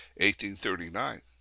1839